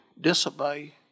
Disobey